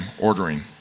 ordering